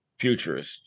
futurist